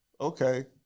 okay